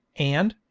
and,